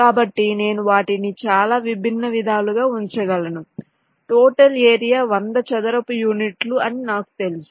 కాబట్టి నేను వాటిని చాలా విభిన్న విధాలుగా ఉంచగలను టోటల్ ఏరియా 100 చదరపు యూనిట్లు అని నాకు తెలుసు